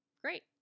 Great